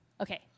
Okay